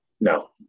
No